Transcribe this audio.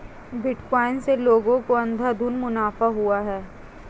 bitcoin से लोगों को अंधाधुन मुनाफा हुआ है